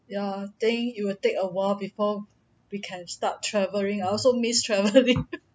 yeah think you will take a while before we can start travelling I also miss travelling